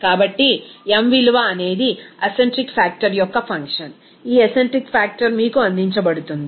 కాబట్టి m విలువ అనేది అసెంట్రిక్ ఫాక్టర్ యొక్క ఫంక్షన్ ఈ అసెంట్రిక్ ఫాక్టర్ మీకు అందించబడుతుంది